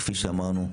כפי שאמרנו,